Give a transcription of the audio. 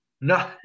No